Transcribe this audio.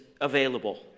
available